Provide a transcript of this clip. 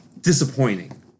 disappointing